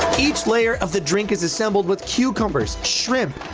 each layer of the drink is assembled with cucumbers shrimp.